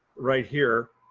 right here.